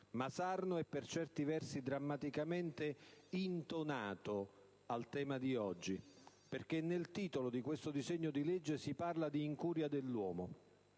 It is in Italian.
Ma Sarno è, per certi versi, drammaticamente "intonato" al tema di oggi, perché nel titolo del disegno di legge in esame si parla di incuria dell'uomo.